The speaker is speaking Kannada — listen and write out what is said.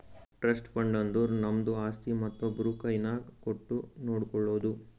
ಟ್ರಸ್ಟ್ ಫಂಡ್ ಅಂದುರ್ ನಮ್ದು ಆಸ್ತಿ ಮತ್ತೊಬ್ರು ಕೈನಾಗ್ ಕೊಟ್ಟು ನೋಡ್ಕೊಳೋದು